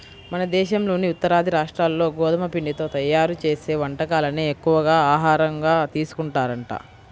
మన దేశంలోని ఉత్తరాది రాష్ట్రాల్లో గోధుమ పిండితో తయ్యారు చేసే వంటకాలనే ఎక్కువగా ఆహారంగా తీసుకుంటారంట